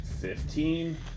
fifteen